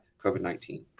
COVID-19